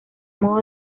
modo